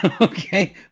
okay